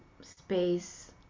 space